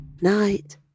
night